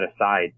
aside